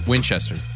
Winchester